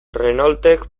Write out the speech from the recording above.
renaultek